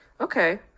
Okay